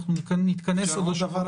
אנחנו נתכנס עוד השבוע --- אפשר עוד דבר,